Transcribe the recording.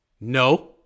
No